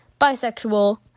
bisexual